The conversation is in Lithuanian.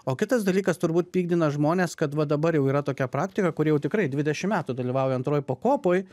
o kitas dalykas turbūt pykdina žmones kad va dabar jau yra tokia praktika kur jau tikrai dvidešimt metų dalyvauja antroj pakopoj